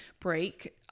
break